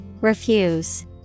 Refuse